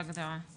אהבתי את ההגדרה.